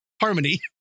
Harmony